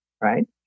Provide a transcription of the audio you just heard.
right